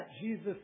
Jesus